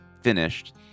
finished